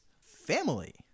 family